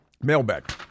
mailbag